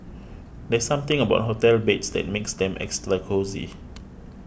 there's something about hotel beds that makes them extra cosy